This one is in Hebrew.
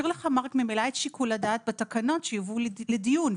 זה משאיר לך ממילא את שיקול הדעת בתקנות שיובאו לדיון,